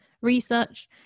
research